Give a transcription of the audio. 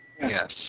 Yes